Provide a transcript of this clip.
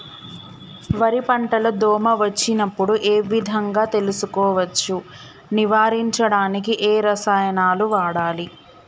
వరి పంట లో దోమ వచ్చినప్పుడు ఏ విధంగా తెలుసుకోవచ్చు? నివారించడానికి ఏ రసాయనాలు వాడాలి?